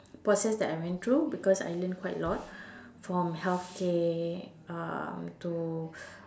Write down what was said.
process that I went through because I learned quite a lot from healthcare um to